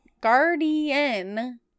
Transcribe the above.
Guardian